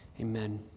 Amen